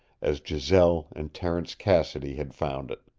as giselle and terence cassidy had found it.